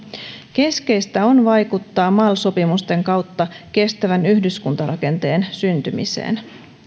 keskeistä on vaikuttaa mal sopimusten kautta kestävän yhdyskuntarakenteen syntymiseen